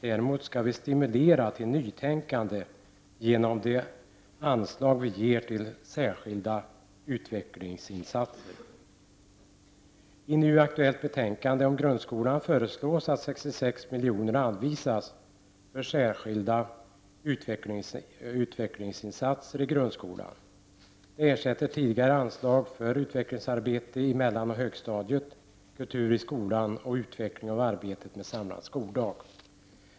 Däremot kan vi stimulera till nytänkande genom de anslag som vi ger till särskilda utvecklingsinsatser. I nu aktuellt betänkande om grundskolan föreslås att 66 miljoner anvisas för särskilda utvecklingsinsatser i grundskolan. Det ersätter tidigare anslag för utvecklingsarbete i mellanoch högstadiet, kultur i skolan och utveckling av arbetet med samlad skoldag.